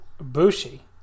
Bushi